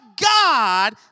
God